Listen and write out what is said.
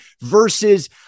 Versus